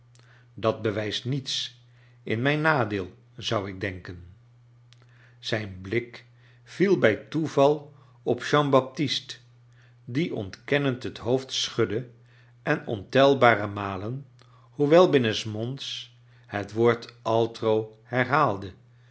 dat bewijst niets in mijn nadeel ou ik denken zijn blik viel bij toeval op jean baptist die ontkennend het hoofd schudde en ontelbare malen boewel binnensmonds bet woord aitro herhaalde